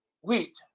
wheat